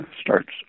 starts